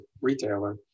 retailer